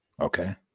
okay